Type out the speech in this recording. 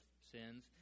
sins